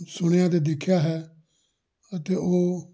ਸੁਣਿਆ ਅਤੇ ਦੇਖਿਆ ਹੈ ਅਤੇ ਉਹ